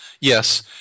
yes